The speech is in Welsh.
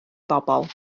pobl